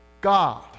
God